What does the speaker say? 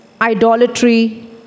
idolatry